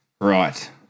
Right